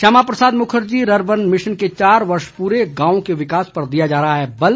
Shyama Prasad Mukherji rurban mission के चार वर्ष पूरे गांवों के विकास पर दिया जा रहा है बल